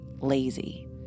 lazy